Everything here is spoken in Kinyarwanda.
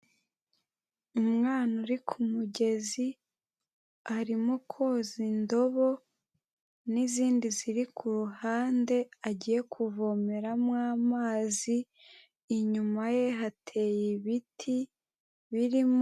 Umwana uri ku mugezi arimo koza indobo n'izindi ziri ku ruhande agiye kuvomeramo amazi, inyuma ye hateye ibiti birimo...